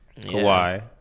Kawhi